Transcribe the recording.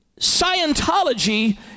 Scientology